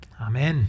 Amen